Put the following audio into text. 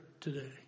today